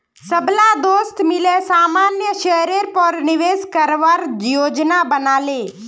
सबला दोस्त मिले सामान्य शेयरेर पर निवेश करवार योजना बना ले